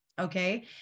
Okay